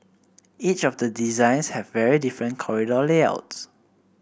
each of the designs have very different corridor layouts